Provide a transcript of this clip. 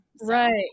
Right